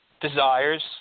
desires